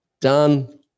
done